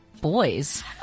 Boys